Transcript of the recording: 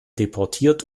deportiert